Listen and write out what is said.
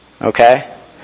okay